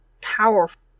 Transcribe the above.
powerful